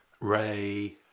Ray